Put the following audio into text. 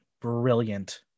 brilliant